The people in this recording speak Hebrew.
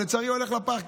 ולצערי הולך לפח,